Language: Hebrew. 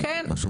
מכשיר מיוחד.